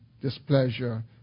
displeasure